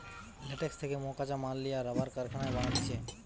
latex থেকে মকাঁচা মাল লিয়া রাবার কারখানায় বানাতিছে